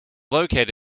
located